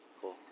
Cool